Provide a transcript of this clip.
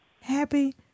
Happy